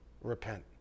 repent